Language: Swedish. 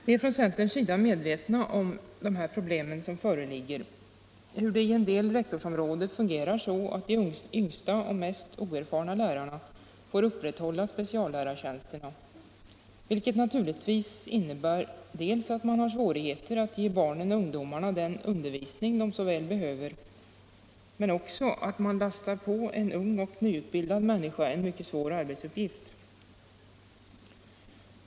Vi är från centerns sida medvetna om de problem som föreligger, t.ex. att det i en del rektorsområden fungerar så att de yngsta och mest oerfarna lärarna får upprätthålla speciallärartjänsterna. Det innebär naturligtvis att man har svårigheter att ge barnen och ungdomarna den undervisning dessa så väl behöver, men det betyder också att man lastar på en ung och nyutbildad människa en mycket svår arbetsuppgift.